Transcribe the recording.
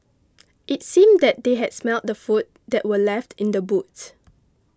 it seemed that they had smelt the food that were left in the boots